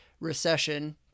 recession